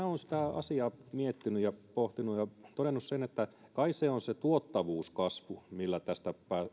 asiaa miettinyt ja pohtinut ja todennut sen että kai se on se tuottavuuskasvu millä tästä